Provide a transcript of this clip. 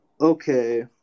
okay